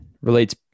relates